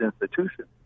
institutions